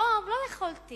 ופתאום לא יכולתי